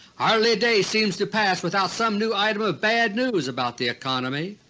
hardly a day seems to pass without some new item of bad news about the economy.